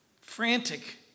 frantic